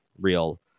real